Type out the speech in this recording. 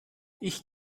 ich